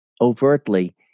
overtly